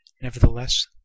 Nevertheless